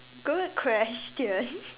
good question